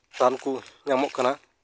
ᱨᱟᱱ ᱠᱩ ᱧᱟᱢᱚᱜ ᱠᱟᱱᱟ